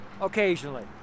occasionally